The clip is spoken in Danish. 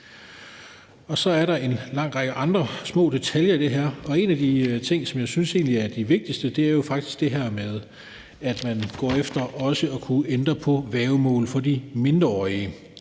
Så er der en lang række andre små detaljer i det her. En af de ting, som jeg egentlig synes er de vigtigste, er jo faktisk det her med, at man går efter også at kunne ændre på værgemål for de mindreårige,